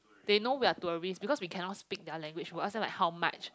they know we're tourists because we cannot speak their language we ask them like how much